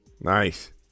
Nice